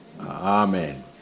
Amen